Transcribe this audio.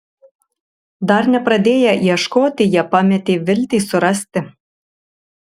dar nepradėję ieškoti jie pametė viltį surasti